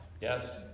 Yes